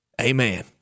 Amen